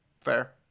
Fair